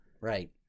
right